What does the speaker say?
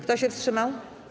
Kto się wstrzymał?